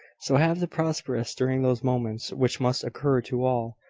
so have the prosperous, during those moments which must occur to all,